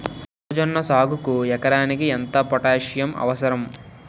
మొక్కజొన్న సాగుకు ఎకరానికి ఎంత పోటాస్సియం అవసరం?